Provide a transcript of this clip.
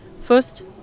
First